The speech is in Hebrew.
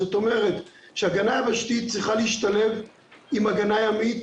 זאת אומרת שהגנה יבשתית צריכה להשתלב עם הגנה ימית